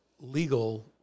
legal